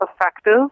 effective